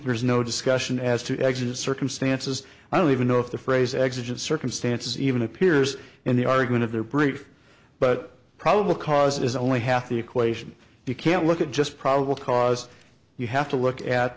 there's no discussion as to exit circumstances i don't even know if the phrase exigent circumstances even appears in the argument of their brief but probable cause is only half the equation you can't look at just probable cause you have to look at